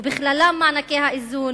ובכללם במענקי האיזון,